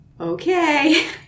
okay